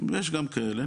יש גם כאלה,